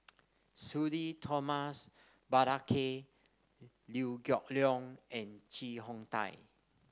Sudhir Thomas Vadaketh Liew Geok Leong and Chee Hong Tat